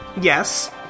Yes